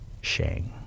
Shang